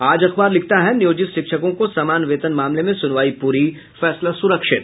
आज अखबार लिखता है नियोजित शिक्षकों को समान वेतन मामले में सुनवाई पूरी फैसला सुरक्षित